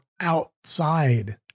outside